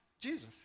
Jesus